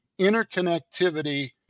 interconnectivity